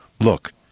Look